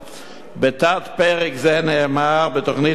בתת-פרק זה נאמר בתוכנית הלימודים,